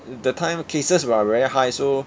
that time cases were very high so